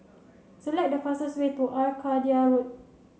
select the fastest way to Arcadia Road